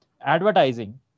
advertising